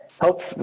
Helps